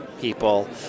people